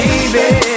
Baby